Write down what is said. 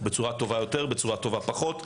בצורה טובה יותר או בצורה טובה פחות,